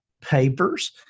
papers